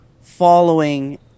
following